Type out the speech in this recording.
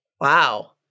Wow